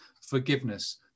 forgiveness